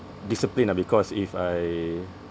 discipline lah because if I